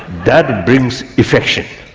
that brings affection.